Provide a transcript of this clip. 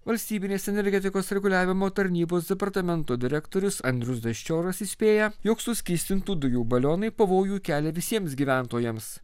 valstybinės energetikos reguliavimo tarnybos departamento direktorius andrius daščioras įspėja jog suskystintų dujų balionai pavojų kelia visiems gyventojams